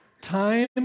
time